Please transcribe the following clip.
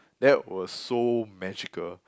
that was so magical